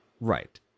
Right